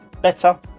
better